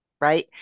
right